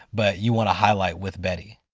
but you want to highlight with betty?